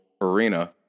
arena